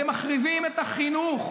אתם מחריבים את החינוך,